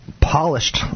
polished